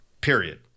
Period